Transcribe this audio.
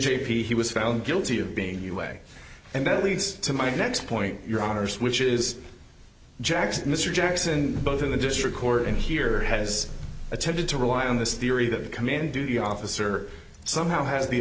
j p he was found guilty of being you way and that leads to my next point your honour's which is jackson mr jackson both in the district court in here has attempted to rely on this theory that the command duty officer somehow has the